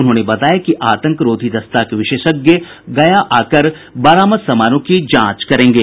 उन्होंने बताया कि आतंकरोधी दस्ता के विशेषज्ञ गया आकर बरामद सामानों की जांच करेंगे